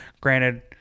Granted